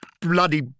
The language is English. bloody